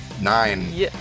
Nine